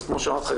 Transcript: אז כמו שאמרתי לך,